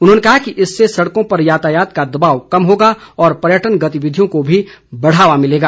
उन्होंने कहा कि इससे सड़को पर यातायात का दबाव कम होगा और पर्यटन गतिविधियों को भी बढ़ावा मिलेगा